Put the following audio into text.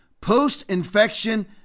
post-infection